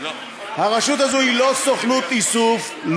הרשות הזאת היא לא סוכנות איסוף,